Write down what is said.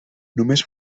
només